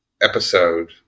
episode